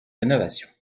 rénovation